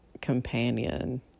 companion